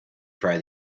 fry